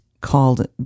called